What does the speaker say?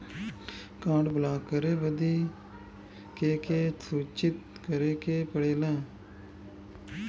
Card block करे बदी के के सूचित करें के पड़ेला?